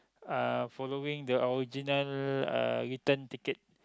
uh following the original uh return ticket